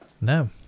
No